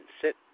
sit